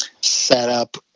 setup